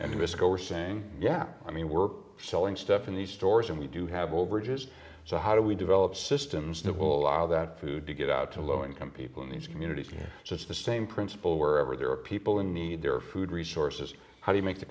saying yeah i mean we're selling stuff in the stores and we do have all bridges so how do we develop systems that will allow that food to get out to low income people in these communities so it's the same principle wherever there are people in need there are food resources how do you make the